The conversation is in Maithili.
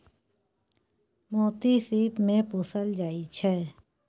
मोती सिप मे पोसल जाइ छै